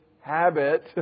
habit